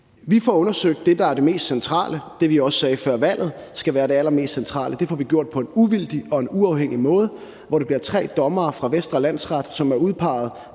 Vi får undersøgt det, der er det mest centrale – det, vi også før valget sagde skulle være det allermest centrale. Det får vi gjort på en uvildig og uafhængig måde, hvor det bliver tre dommere fra Vestre Landsret, som er udpeget